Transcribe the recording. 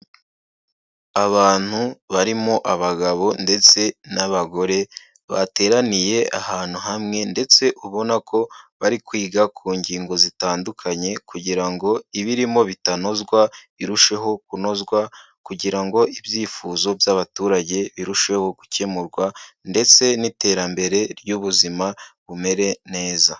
Abantu barimo abagabo ndetse n'abagore bateraniye ahantu hamwe ndetse ubona ko bari kwiga ku ngingo zitandukanye kugira ngo ibirimo bitanozwa irusheho kunozwa kugira ngo ibyifuzo by'abaturage birusheho gukemurwa ndetse n'iterambere ry'ubuzima bumere neza.